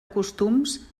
costums